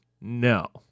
No